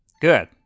Good